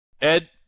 Ed